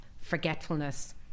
forgetfulness